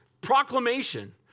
proclamation